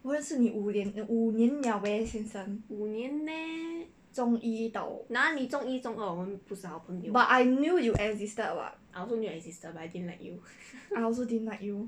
我认识你五年 err 五年 liao leh 先生中一到 but I knew you existed what I also didn't like you